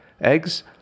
eggs